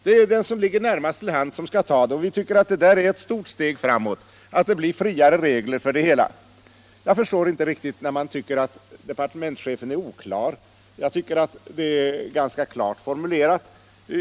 Det är den som ligger närmast till hands som skall ta hand om uppgiften. Vi tycker att det är ett stort steg framåt att det blir friare regler för detta. Jag förstår inte riktigt den som tycker att departementschefen är oklar på denna punkt. Jag tycker att hans förslag är ganska klart formulerat.